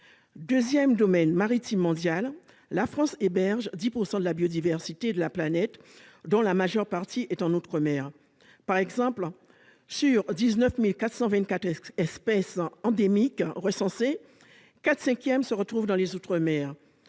Deuxième domaine maritime mondial, la France héberge 10 % de la biodiversité de la planète, dont la majeure partie en outre-mer. Par exemple, sur 19 424 espèces endémiques recensées, les quatre cinquièmes se trouvent dans les outre-mer